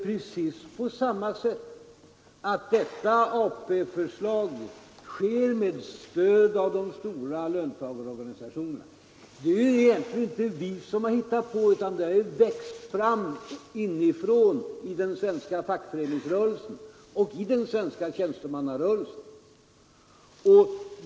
Precis på samma sätt framläggs detta AP-förslag med stöd av de stora löntagarorganisationerna. Det är egentligen inte vi, som hittat på detta, utan det har växt fram från den svenska fackföreningsrörelsen och den svenska tjänstemannarörelsen.